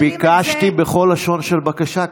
אני ביקשתי בכל לשון של בקשה,